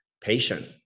patient